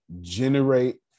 generate